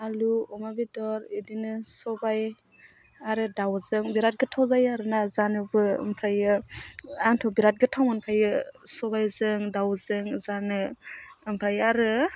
आलु अमा बेदर बिदिनो सबाइ आरो दाउजों बिराद गोथाव जायो आरोना जानोबो ओमफ्रायो आंथ' बिराद गोथाव मोनखायो सबाइजों दाउजों जानो ओमफ्राय आरो